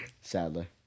Sadly